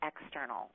external